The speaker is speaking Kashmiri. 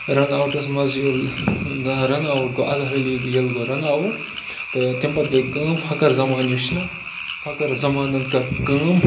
رَن آوُٹَس منٛز رَن آوُٹ گوٚو اظہر علی ییٚلہِ گوٚو رَن آوُٹ تہٕ تَمہِ پَتہٕ گٔے کٲم فخر زمان یُس چھُنہ فخر زمانَن کٔر کٲم